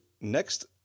next